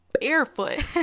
barefoot